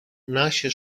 nasce